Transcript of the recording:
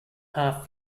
half